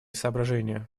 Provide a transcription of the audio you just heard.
соображения